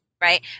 right